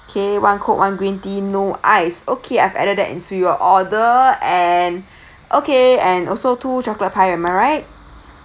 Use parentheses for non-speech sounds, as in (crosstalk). okay one coke one green tea no ice okay I've added that into your order and (breath) okay and also two chocolate pie am I right